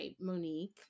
Monique